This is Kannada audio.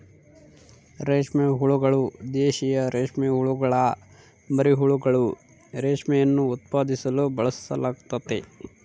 ರೇಷ್ಮೆ ಹುಳುಗಳು, ದೇಶೀಯ ರೇಷ್ಮೆಹುಳುಗುಳ ಮರಿಹುಳುಗಳು, ರೇಷ್ಮೆಯನ್ನು ಉತ್ಪಾದಿಸಲು ಬಳಸಲಾಗ್ತತೆ